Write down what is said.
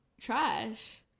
trash